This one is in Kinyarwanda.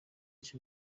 icyo